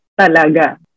Talaga